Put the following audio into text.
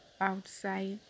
outside